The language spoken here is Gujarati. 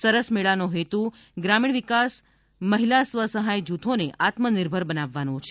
સરસ મેળાનો હેતુ ગ્રામીણ મહિલા સ્વસહાય જૂથોને આત્મનિર્ભર બનાવવાનો છે